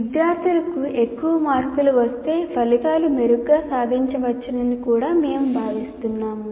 విద్యార్థులకు ఎక్కువ మార్కులు వస్తే ఫలితాలు మెరుగ్గా సాధించవచ్చని కూడా మేము భావిస్తున్నాము